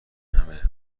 همه